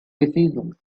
decisions